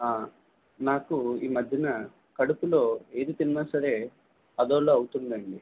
నాకు ఈమధ్యన కడుపులో ఏది తిన్నా సరే అదోలా అవుతుందండి